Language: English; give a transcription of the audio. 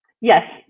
Yes